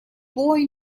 boy